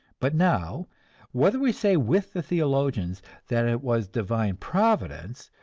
but now whether we say with the theologians that it was divine providence,